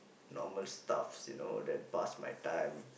normal stuffs you know then past my time